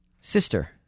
sister